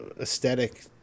aesthetic